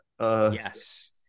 Yes